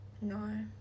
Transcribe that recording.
No